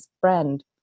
friend